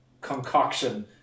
concoction